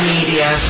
Media